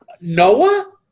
Noah